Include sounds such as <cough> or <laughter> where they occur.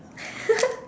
<laughs>